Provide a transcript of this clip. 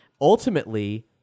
ultimately